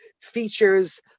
features